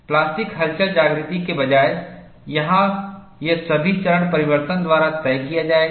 plastic हलचल जागृति के बजाय यहां यह सभी चरण परिवर्तन द्वारा तय किया जाएगा